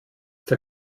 der